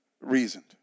reasoned